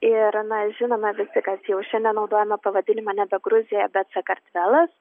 ir mes žinome visi kad jau šiandien naudojame pavadinimą nebe gruzija bet sakartvelas